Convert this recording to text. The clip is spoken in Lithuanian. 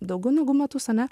daugiau negu metus ane